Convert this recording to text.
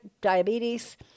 diabetes